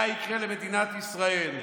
מה יקרה למדינת ישראל,